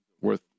worth